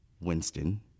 Winston